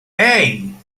hey